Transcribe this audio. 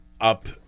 up